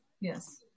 yes